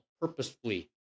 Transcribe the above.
purposefully